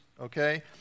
okay